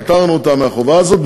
פטרנו אותה מהחובה הזאת,